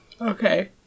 Okay